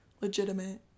legitimate